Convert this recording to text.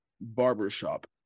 barbershop